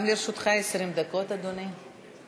גם לרשותך 20 דקות, אדוני.